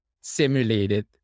simulated